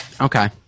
Okay